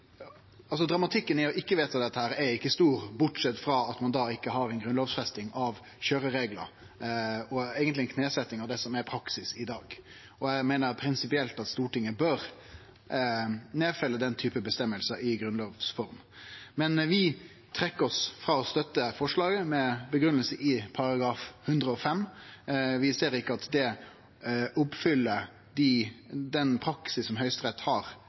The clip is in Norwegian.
ikkje har ei grunnlovfesting av køyrereglar og ei knesetjing av det som eigentleg er praksis i dag. Eg meiner prinsipielt at Stortinget bør nedfelle denne typen føresegner i grunnlovs form, men vi trekkjer oss frå å støtte forslaget, med grunngiving i § 105. Vi ser ikkje at det oppfyller den praksisen som Høgsterett har